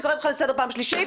אני קוראת אותך לסדר פעם שלישית.